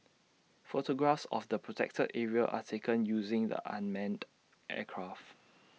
photographs of A protected area are taken using the unmanned aircraft